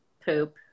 poop